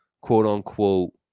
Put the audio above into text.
quote-unquote